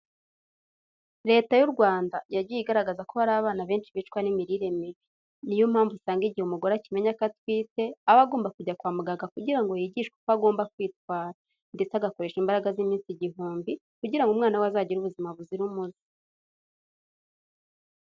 Leta y'u Rwanda yagiye igaragaza ko hari abana benshi bicwa n'imirire mibi. Niyo mpamvu usanga igihe umugore akimenya ko atwite aba agomba kujya kwa muganga kugira ngo yigishwe uko agomba kwitwara ndetse agakoresha imbaraga z'iminsi igihumbi, kugira ngo umwana we azagire ubuzima buzira umuze.